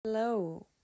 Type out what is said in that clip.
Hello